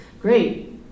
Great